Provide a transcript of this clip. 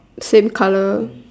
same colour